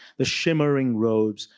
the shimmering robes,